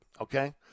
okay